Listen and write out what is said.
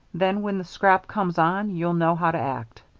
then when the scrap comes on you'll know how to act.